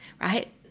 right